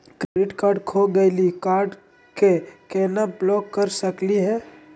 Credit card खो गैली, card क केना ब्लॉक कर सकली हे?